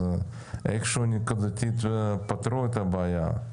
איכשהו פתרו את הבעיה נקודתית,